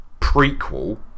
prequel